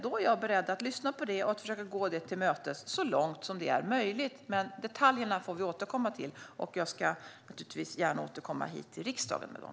Då är jag beredd att lyssna på det och försöka gå det till mötes så långt som möjligt. Men detaljerna får vi återkomma till, och jag ska naturligtvis gärna återkomma hit till riksdagen med dem.